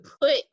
put